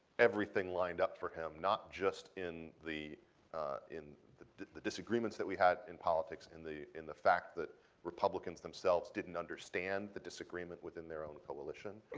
everything lined up for him, not just in the in the disagreements that we had in politics, in the in the fact that republicans themselves didn't understand the disagreement within their own coalition, and